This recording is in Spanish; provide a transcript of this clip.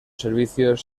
servicios